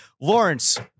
Lawrence